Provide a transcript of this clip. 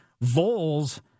voles